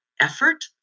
effort